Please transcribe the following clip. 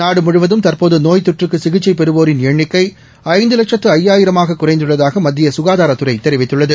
நாடு முழுவதும் தற்போது நோய் தொற்றுக்கு சிகிச்சை பெறுவோரின் எண்ணிக்கை ஐந்து லட்சத்து ஐயாயிரமாக குறைந்துள்ளதாக மத்திய சுகாதாரத்துறை தெரிவித்துள்ளது